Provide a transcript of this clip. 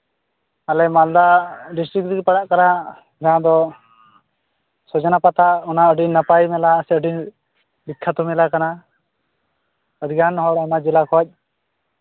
ᱟᱞᱮ ᱢᱟᱞᱫᱟ ᱰᱤᱥᱴᱤᱠ ᱨᱮᱜᱮ ᱯᱟᱲᱟᱜ ᱠᱟᱱᱟ ᱡᱟᱦᱟᱸ ᱫᱚ ᱥᱚᱡᱽᱱᱟ ᱯᱟᱛᱟ ᱚᱱᱟ ᱟᱹᱰᱤ ᱱᱟᱯᱟᱭ ᱢᱮᱞᱟ ᱥᱮ ᱟᱹᱰᱤ ᱵᱤᱠᱠᱷᱟᱛᱚ ᱢᱮᱞᱟ ᱠᱟᱱᱟ ᱟᱹᱰᱤᱜᱟᱱ ᱦᱚᱲ ᱚᱱᱟ ᱡᱮᱞᱟ ᱠᱷᱚᱱ